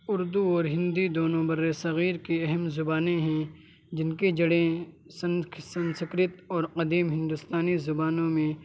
اردو اور ہندی دونوں برِ صغیر کی اہم زبانیں ہیں جن کی جڑیں سنسکرت اور قدیم ہندوستانی زبانوں میں